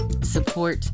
support